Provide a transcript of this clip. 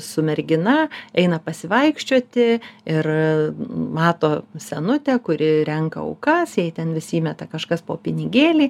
su mergina eina pasivaikščioti ir mato senutę kuri renka aukas jai ten vis įmeta kažkas po pinigėlį